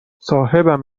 صاحبم